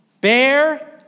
bear